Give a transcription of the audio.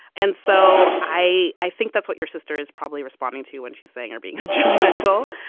and so i i think that's what your sister is probably responding to when she's saying or being judgmental.